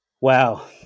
Wow